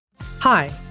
Hi